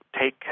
take